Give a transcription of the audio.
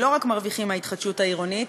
לא רק מרוויחים מההתחדשות העירונית,